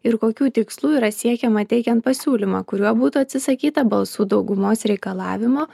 ir kokių tikslų yra siekiama teikiant pasiūlymą kuriuo būtų atsisakyta balsų daugumos reikalavimo